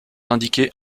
indiquées